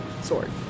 sword